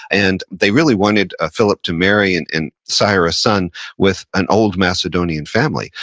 and they really wanted ah philip to marry and and sire a son with an old macedonian family.